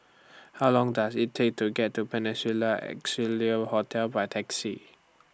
How Long Does IT Take to get to Peninsula Excelsior Hotel By Taxi